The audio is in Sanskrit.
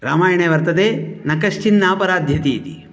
रामायणे वर्तते न कश्चिन्नापराध्यति इति